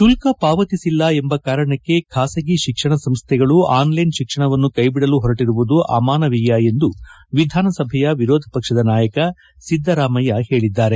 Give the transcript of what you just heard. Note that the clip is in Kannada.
ಶುಲ್ಕ ಪಾವತಿಸಿಲ್ಲ ಎಂಬ ಕಾರಣಕ್ಕೆ ಖಾಸಗಿ ಶಿಕ್ಷಣ ಸಂಸ್ಥೆಗಳು ಆನ್ಲೈನ್ ಶಿಕ್ಷಣವನ್ನು ಕೈಬಿಡಲು ಹೊರಟಿರುವುದು ಅಮಾನವೀಯ ಎಂದು ವಿಧಾನಸಭೆ ವಿರೋಧ ಪಕ್ಷದ ಸಿದ್ದರಾಮಯ್ಕ ಹೇಳಿದ್ದಾರೆ